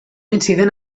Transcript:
incident